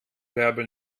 bärbel